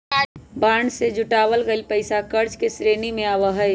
bond से जुटावल गइल पैसा कर्ज के श्रेणी में आवा हई